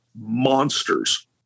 monsters